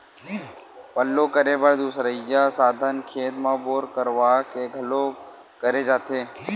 पल्लो करे बर दुसरइया साधन खेत म बोर करवा के घलोक करे जाथे